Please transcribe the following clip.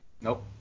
Nope